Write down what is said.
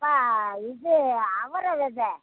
அப்பா இது அவரை விதை